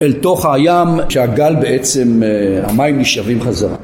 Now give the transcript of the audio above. אל תוך הים שהגל בעצם, המים נשאבים חזרה